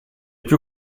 più